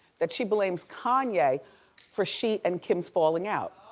that she blames kanye for she and kim's falling out.